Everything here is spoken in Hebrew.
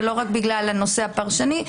ולא רק בגלל הנושא הפרשני,